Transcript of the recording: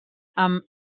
amb